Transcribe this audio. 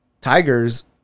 tigers